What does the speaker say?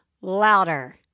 louder